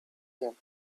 him